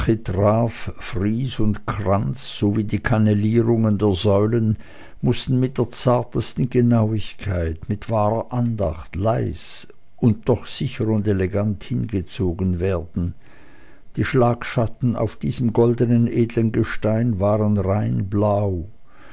und kranz sowie die kannelierungen der säulen mußten mit der zartesten genauigkeit mit wahrer andacht leis und doch sicher und elegant hingezogen werden die schlagschatten auf diesem goldenen edlen gestein waren rein blau